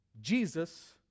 Jesus